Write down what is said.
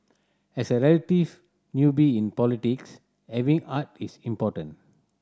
as a relative newbie in politics having heart is important